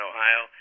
Ohio